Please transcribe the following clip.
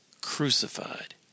crucified